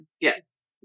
Yes